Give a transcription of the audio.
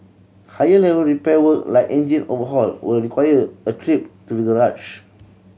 higher level repair work like engine overhaul will require a trip to the garage